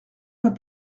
pas